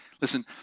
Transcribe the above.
listen